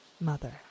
mother